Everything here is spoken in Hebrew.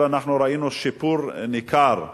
אנחנו ראינו שיפור ניכר,